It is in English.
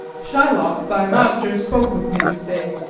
shylock thy master spoke with me this day,